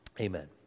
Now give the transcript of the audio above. Amen